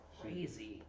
crazy